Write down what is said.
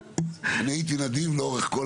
אני הייתי נדיב לאורך כל